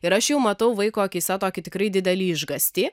ir aš jau matau vaiko akyse tokį tikrai didelį išgąstį